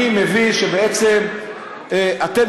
אני מבין שבעצם אתם,